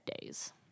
days